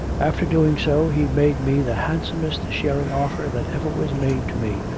after doing so, he made me the handsomest sharing offer that ever was made to me,